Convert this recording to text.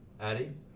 Addie